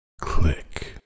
Click